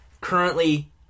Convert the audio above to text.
currently